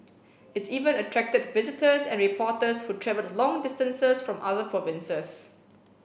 it even attracted visitors and reporters who travelled long distances from other provinces